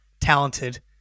talented